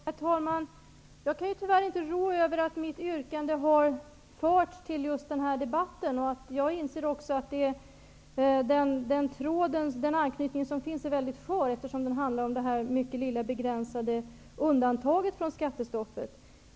Herr talman! Jag kan tyvärr inte rå över att mitt yrkande har förts till just detta betänkande. Jag inser också att anknytningen är väldigt skör, eftersom det handlar om ett mycket begränsat undantag från skattestoppet.